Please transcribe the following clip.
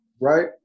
right